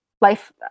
life